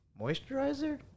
moisturizer